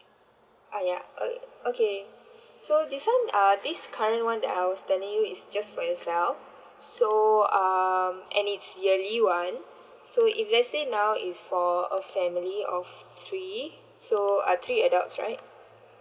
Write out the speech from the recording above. uh ya oh okay so this one uh this current one that I was telling you is just for yourself so um and it's yearly one so if let say now is for a family of three so uh three adults right